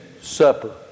supper